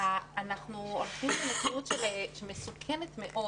אנחנו הולכים למציאות מסוכנת מאוד